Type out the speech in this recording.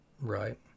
Right